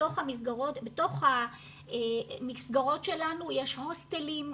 בתוך המסגרות שלנו יש הוסטלים,